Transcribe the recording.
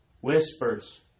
whispers